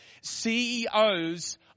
CEOs